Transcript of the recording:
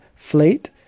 flate